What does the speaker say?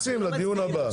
לקראת הדיון הבא,